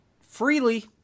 freely